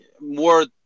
more